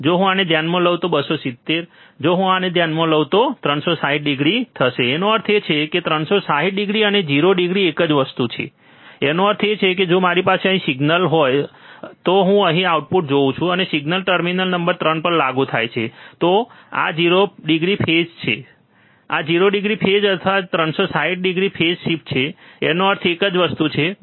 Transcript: જો હું આને ધ્યાનમાં લઉં તો 270 જો હું આને ધ્યાનમાં લઉં તો 360o થસે તેનો અર્થ એ છે કે 360o અને 0o એક જ વસ્તુ છે તેનો અર્થ એ છે કે જો મારી પાસે અહીં સિગ્નલ હોય તો હું અહીં આઉટપુટ જોઉં છું અને સિગ્નલ ટર્મિનલ નંબર 3 પર લાગુ થાય છે તો આ 0 ડિગ્રી ફેઝ છે આ 0o ફેઝ અથવા 360o ફેઝ શિફ્ટ છે તેનો અર્થ એ જ વસ્તુ છે બરાબર